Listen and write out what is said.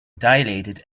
dilated